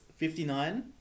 59